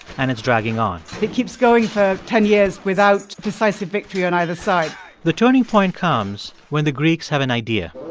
and it's dragging on it keeps going for ten years without decisive victory on either side the turning point comes when the greeks have an idea